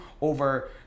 over